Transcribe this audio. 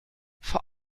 vor